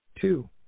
Two